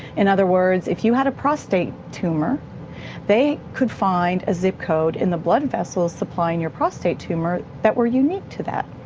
in other words if you had a prostate tumour they could find a zip code in the blood vessels supplying your prostate tumour that were unique to that.